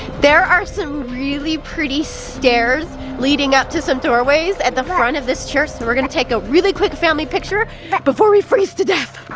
there are some really pretty stairs leading up to some doorways at the front of this church so we're gonna take a really quick family picture before we freeze to death.